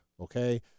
okay